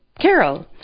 Carol